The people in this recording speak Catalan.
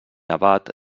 abat